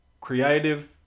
creative